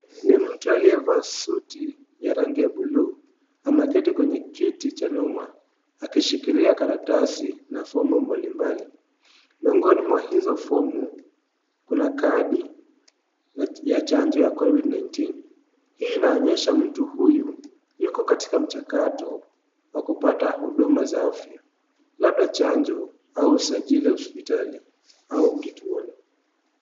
Ni mtu aliyevaa suti ya buluu ameketi kwa kiti cha chuma akishikilia karatasi na fomu mbalimbali ,mwongoni mwa hizo fomu kuna kadi ya chanjo ya covid 19 hii inaonyesha mtu huyu yuko katika mchakato wa kupata huduma za afya labda chanjo au usajili wa hospitali au kituoni.